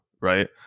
right